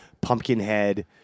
Pumpkinhead